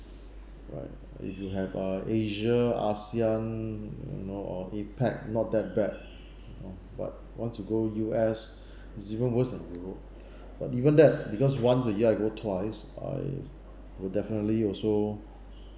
right if you have a asia asean you know or apec not that bad you know but once you go U_S it's even worst than europe but even that because once a year I go twice I will definitely also